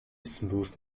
smooth